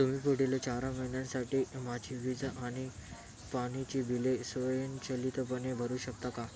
तुम्ही पुढील चार महिन्यांसाठी माझी वीज आणि पाण्याची बिले स्वयंचलितपणे भरू शकता का